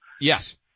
Yes